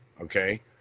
Okay